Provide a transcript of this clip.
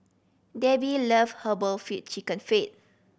Debbi love herbal feet Chicken Feet